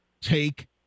take